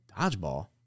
dodgeball